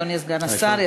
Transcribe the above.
אדוני סגן השר,